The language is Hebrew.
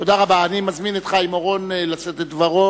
אני מזמין את חיים אורון לשאת את דברו.